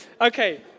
Okay